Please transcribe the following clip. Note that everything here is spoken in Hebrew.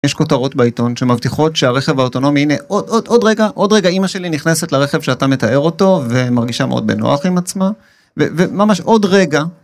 יש כותרות בעיתון שמבטיחות שהרכב האוטונומי הנה עוד רגע עוד רגע אמא שלי נכנסת לרכב שאתה מתאר אותו ומרגישה מאוד בנוח עם עצמה וממש עוד רגע.